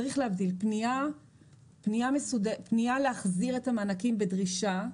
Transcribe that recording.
צריך להבדיל: פנייה להחזיר את המענקים בדרישה,